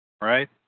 right